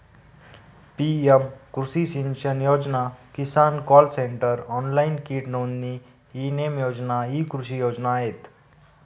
PM कृषी सिंचन योजना, किसान कॉल सेंटर, ऑनलाइन कीट नोंदणी, ई नेम योजना इ कृषी योजना आहेत